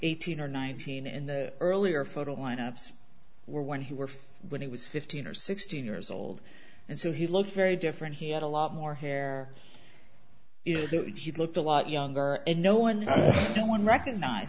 eighteen or nineteen and the earlier photo lineups were when he were when he was fifteen or sixteen years old and so he looks very different he had a lot more hair you know he looked a lot younger and no one no one recognize